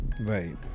Right